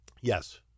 Yes